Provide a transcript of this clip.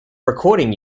recording